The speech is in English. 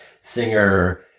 Singer